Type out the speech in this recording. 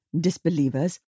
disbelievers